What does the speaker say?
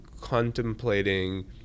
contemplating